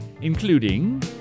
including